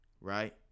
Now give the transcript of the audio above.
right